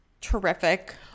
terrific